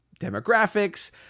demographics